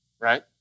right